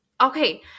Okay